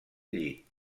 llit